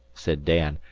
said dan.